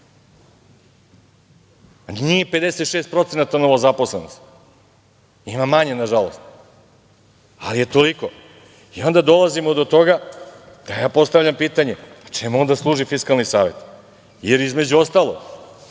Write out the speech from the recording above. Nije 56% novozaposlenost, ima manje, nažalost. Ali je toliko. I onda dolazimo do toga da ja postavljam pitanje - čemu onda služi Fiskalni savet? Jer, između ostalog,